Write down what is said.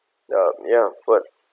ya ya but